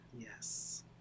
Yes